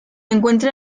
encuentra